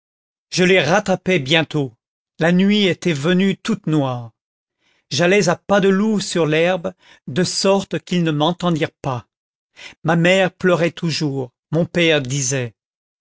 je les rattrapai bientôt la nuit était venue toute noire j'allais à pas de loup sur l'herbe de sorte qu'ils ne m'entendirent pas ma mère pleurait toujours mon père disait